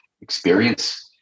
experience